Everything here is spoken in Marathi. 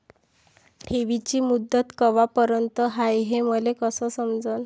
ठेवीची मुदत कवापर्यंत हाय हे मले कस समजन?